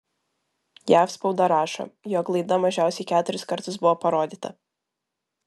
jav spauda rašo jog laida mažiausiai keturis kartus buvo parodyta